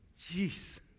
Jeez